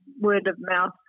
word-of-mouth